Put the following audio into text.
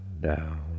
down